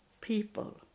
people